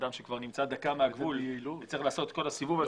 שאדם כבר נמצא דקה מהגבול וצריך לעשות את כל הסיבוב הזה.